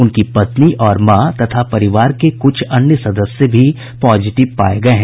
उनकी पत्नी और मां तथा परिवार के कुछ अन्य सदस्य भी पॉजिटिव पाये गये हैं